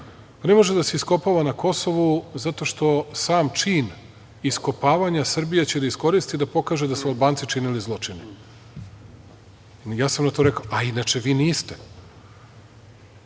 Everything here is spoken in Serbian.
ne može da se iskopava na Kosovu zato što sam čin iskopavanja Srbija će da iskoristi da pokaže da su Albanci činili zločine. Ja sam na to rekao – a inače vi niste,